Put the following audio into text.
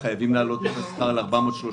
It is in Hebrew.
חייבים להעלות את השכר ל-430 שקל.